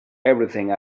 everything